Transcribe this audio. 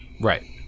Right